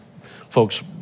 folks